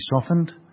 softened